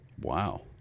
Wow